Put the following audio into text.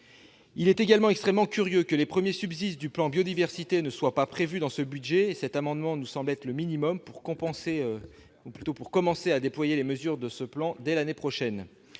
Il est également extrêmement curieux que les premiers subsides du plan Biodiversité ne soient pas prévus dans ce budget. L'adoption de cet amendement nous semble le minimum pour commencer à déployer les mesures de ce plan dès l'année prochaine.